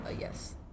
Yes